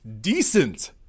decent